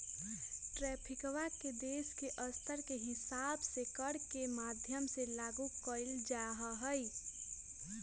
ट्रैफिकवा के देश के स्तर के हिसाब से कर के माध्यम से लागू कइल जाहई